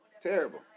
terrible